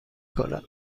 کنم